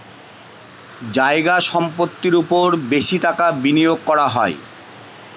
জায়গা সম্পত্তির ওপর বেশি টাকা বিনিয়োগ করা হয়